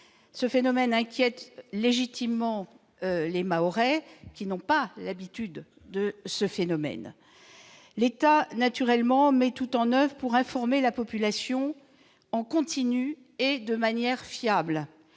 Ce phénomène inquiète légitimement les Mahorais, qui n'en ont pas l'habitude. L'État met naturellement tout en oeuvre pour informer la population en continu et de manière fiable.